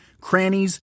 crannies